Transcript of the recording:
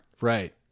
right